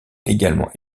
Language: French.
également